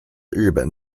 日本